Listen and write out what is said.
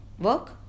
work